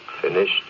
finished